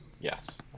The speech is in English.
Yes